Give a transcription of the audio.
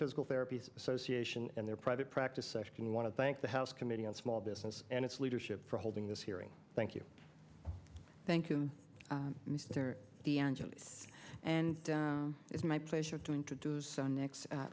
physical therapy association and their private practice session want to thank the house committee on small business and its leadership for holding this hearing thank you thank you mr de angeles and it's my pleasure to introduce our next